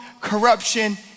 corruption